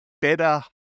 better